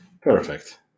Perfect